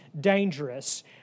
dangerous